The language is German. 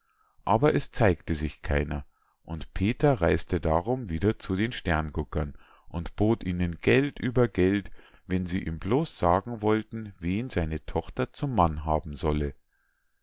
aber es zeigte sich keiner und peter reis'te darum wieder zu den sternguckern und bot ihnen geld über geld wenn sie ihm bloß sagen wollten wen seine tochter zum mann haben solle